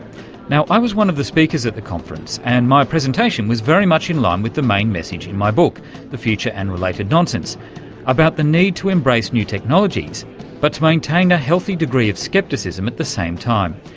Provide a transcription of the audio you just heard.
i was one of the speakers at the conference and my presentation was very much in line with the main message in my book the future and related nonsense about the need to embrace new technologies but to maintain a healthy degree of scepticism at the same time.